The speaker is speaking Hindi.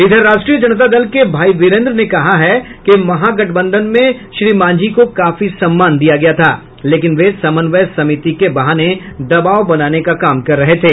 इधर राष्ट्रीय जनता दल के भाई विरेन्द्र ने कहा है कि गठबंधन में श्री मांझी को काफी सम्मान दिया गया था लेकिन वे समन्वय समिति के बहाने दबाव बनाने का काम कर रहे थे